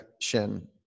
shin